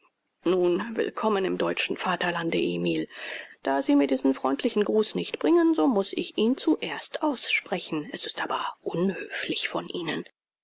nun willkommen im deutschen vaterlande emil da sie mir diesen freundlichen gruß nicht bringen so muß ich ihn zuerst aussprechen es ist aber unhöflich von ihnen